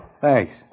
Thanks